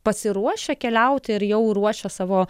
pasiruošę keliauti ir jau ruošia savo